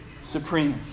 supreme